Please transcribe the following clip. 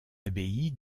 abbaye